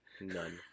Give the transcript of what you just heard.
None